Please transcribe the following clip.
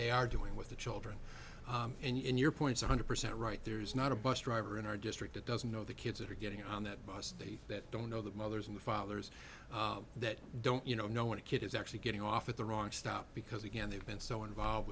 they are doing with the children and your points one hundred percent right there is not a bus driver in our district that doesn't know the kids that are getting on that bus they that don't know that mothers and fathers that don't you know know when a kid is actually getting off at the wrong stop because again they've been so involved